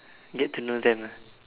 get to know them ah